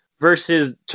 versus